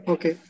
Okay